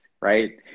right